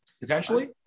potentially